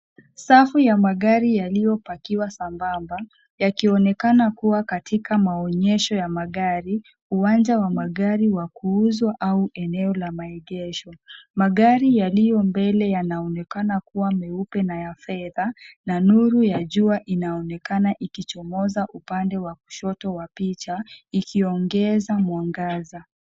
Safu ya magari yaliyopakiwa sambamba, yakionekana kuwa katika maonyesho ya magari, uwanja wa magari wa kuuzwa au eneo la maegesho. Magari yaliyo mbele yanaonekana kuwa meupe na ya fedha na nuru ya jua inaonekana ikichomoza upande wa kushoto wa picha, ikiongeza mwangaza.